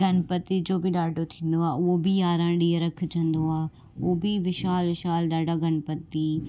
गणपति जो बि ॾाढो थींदो आहे उहो बि यारहं ॾी रखिजंदो आहे उहे बि विशाल विशाल ॾाढा गणपति